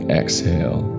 exhale